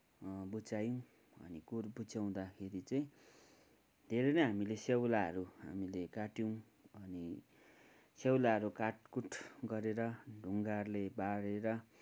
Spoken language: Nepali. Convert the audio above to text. बुच्च्यायौँ अनि कुर बुच्च्याउँदाखेरि चाहिँ धेरै नै हामीले स्याउलाहरू हामीले काट्यौँ अनि स्याउलाहरू काटकुट गरेर ढुङ्गाहरूले बारेर